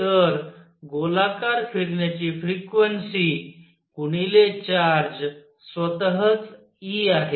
तर गोलाकार फिरण्याची फ्रिक्वेन्सी गुणिले चार्ज स्वतः च e आहे